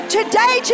Today